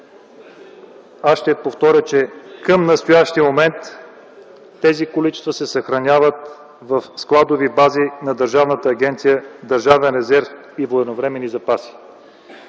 аз ще повторя, че към настоящия момент тези количества се съхраняват в складови бази на Държавната агенция „Държавен резерв и военновременни запаси”.